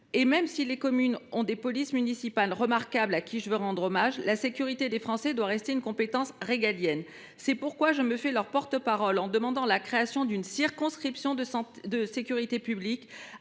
Même si les communes ont des polices municipales remarquables, auxquelles je veux ici rendre hommage, la sécurité des Français doit rester une compétence régalienne. C’est pourquoi je me fais leur porte parole en demandant la création d’une circonscription de sécurité publique,